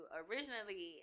originally